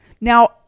now